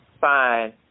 fine